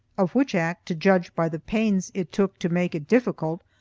of which act, to judge by the pains it took to make it difficult,